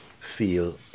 feel